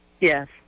Yes